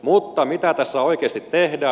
mutta mitä tässä oikeasti tehdään